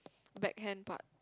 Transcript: backhand part